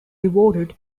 rewarded